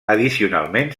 addicionalment